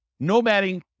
nomading